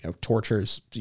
tortures